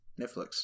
netflix